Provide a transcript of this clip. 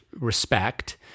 respect